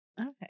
Okay